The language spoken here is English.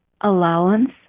allowance